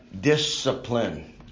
discipline